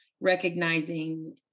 recognizing